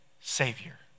savior